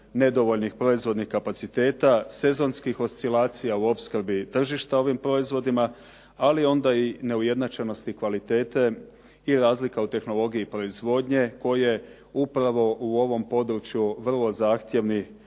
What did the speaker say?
nedovoljnih proizvodnih kapaciteta, sezonskih oscilacija u opskrbi tržišta ovim proizvodima, ali onda i neujednačenosti kvalitete i razlika u tehnologiji proizvodnje koje upravo u ovom području vrlo zahtjevni